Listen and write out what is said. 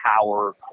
power